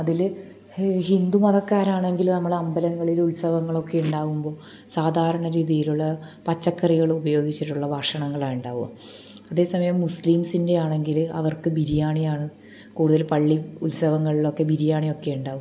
അതിൽ ഹിന്ദു മതക്കാരെണെങ്കിൽ നമ്മൾ അമ്പലങ്ങളിൽ ഉത്സവങ്ങളൊക്കെ ഉണ്ടാവുമ്പോൾ സാധാരണ രീതിയിലുള്ള പച്ചക്കറികളുപയോഗിച്ചിട്ടുള്ള ഭക്ഷണങ്ങളാണ് ഉണ്ടാവുക അതെ സമയം മുസ്ലിംസിൻ്റെ ആണെങ്കിൽ അവർക്ക് ബിരിയാണിയാണ് കൂടുതൽ പള്ളി ഉസ്തവങ്ങളിലൊക്കെ ബിരിയാണിയൊക്കെ ഉണ്ടാവും